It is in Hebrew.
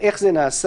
איך זה נעשה?